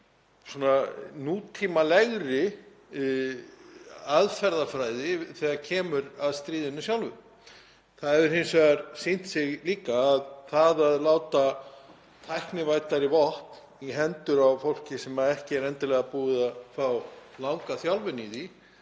svona nútímalegri aðferðafræði þegar kemur að stríðinu sjálfu. Það hefur hins vegar sýnt sig líka að það að láta tæknivæddari vopn í hendur fólks sem ekki er endilega búið að fá langa þjálfun á þeim